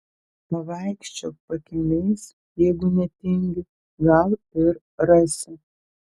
pavaikščiok pakiemiais jeigu netingi gal ir rasi